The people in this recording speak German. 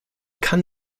kann